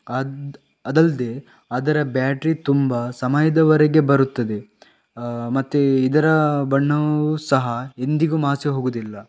ಆದ್ದ್ ಅದಲ್ಲದೆ ಅದರ ಬ್ಯಾಟರಿ ತುಂಬ ಸಮಯದವರೆಗೆ ಬರುತ್ತದೆ ಮತ್ತು ಇದರ ಬಣ್ಣವೂ ಸಹ ಎಂದಿಗೂ ಮಾಸಿ ಹೋಗುವುದಿಲ್ಲ